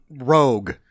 rogue